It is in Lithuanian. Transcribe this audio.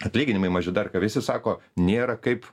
atlyginimai maži dar ką visi sako nėra kaip